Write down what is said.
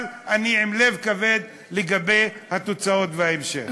אבל אני עם לב כבד לגבי התוצאות וההמשך.